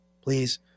please